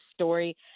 story